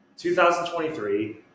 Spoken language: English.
2023